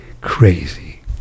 Crazy